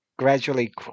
gradually